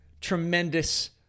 tremendous